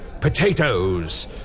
Potatoes